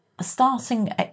starting